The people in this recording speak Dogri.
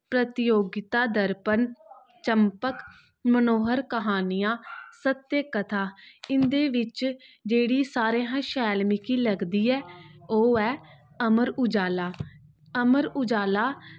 प्रतियोगिता दर्पण चंपक मनोहार क्हानियां सत्य कथा इंदे बिच्च जेह्की सारें शा सैल मिगी लगदी ऐ ओह् ऐ अमर उजाला अमर उजाला